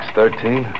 Thirteen